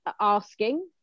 asking